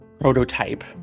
prototype